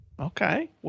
Okay